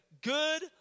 good